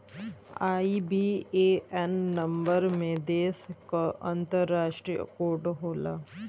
IBAN number में देश क अंतरराष्ट्रीय कोड होला